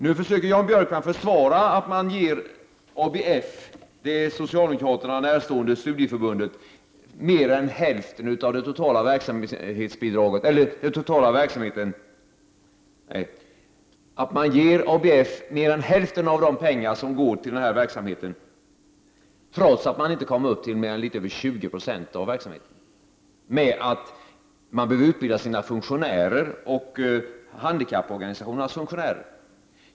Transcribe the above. Nu försöker Jan Björkman försvara att ABF — det socialdemokraterna närstående studieförbundet — får mer än hälften av de pengar som går till denna verksamhet, trots att ABF inte kommer upp till mer än litet över 20 96 av verksamheten, med att man vill utbilda sina och handikapporganisationernas funktionärer.